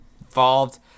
involved